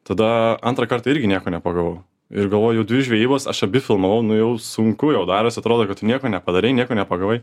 tada antrą kartą irgi nieko nepagavau ir galvoju dvi žvejybos aš abi filmavau nu jau sunku jau daros atrodo kad tu nieko nepadarei nieko nepagavai